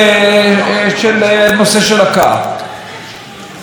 ואנחנו יודעים שעל כל פרשה כזו יש בוודאי 50 שלא מתגלות.